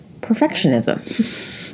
perfectionism